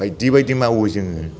बायदि बायदि मावो जोङो